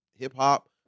Hip-hop